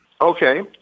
Okay